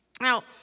Now